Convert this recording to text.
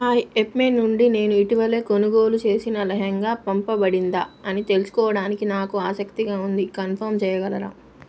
hi Yepme నుండి నేను ఇటీవలే కొనుగోలు చేసిన లెహెంగా పంపబడిందా అని తెలుసుకోవడానికి నాకు ఆసక్తిగా ఉంది కంఫర్మ్ చేయగలరా